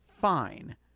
fine